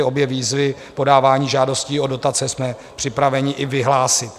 Obě výzvy podávání žádostí o dotace jsme připraveni i vyhlásit.